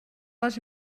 les